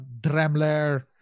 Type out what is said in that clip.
Dremler